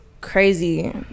crazy